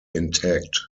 intact